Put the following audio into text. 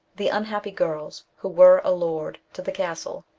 the unhappy girls who were allured to the castle,